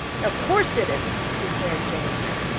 of course it isn't, declared jenny wren.